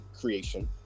creation